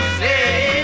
say